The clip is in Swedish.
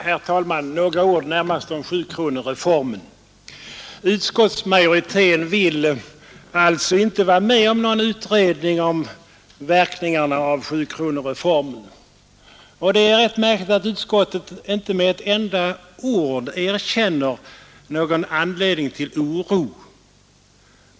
Herr talman! Några ord närmast om sjukronorsreformen, vars verkningar utskottsmajoriteten inte vill vara med om att utreda. Det är märkligt att utskottet inte med ett enda ord erkänner någon anledning till oro.